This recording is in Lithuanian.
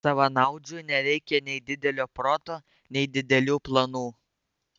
savanaudžiui nereikia nei didelio proto nei didelių planų